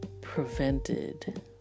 prevented